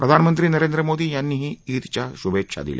प्रधानमंत्री नरेंद्र मोदी यांनीही ईदच्या शुभेच्छा दिल्या